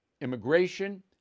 immigration